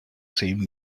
same